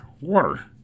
water